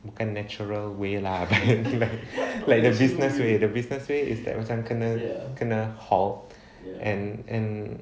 bukan natural way lah like like the business way the business way is that macam kena halt and and